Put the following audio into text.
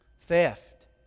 theft